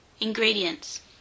Ingredients